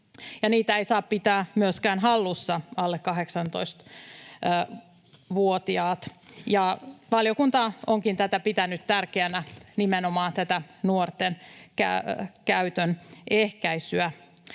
niitä ei saa pitää myöskään hallussa alle 18-vuotiaat. Valiokunta onkin pitänyt tärkeänä nimenomaan tätä nuorten käytön ehkäisyä.